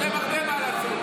יש להם הרבה מה לעשות.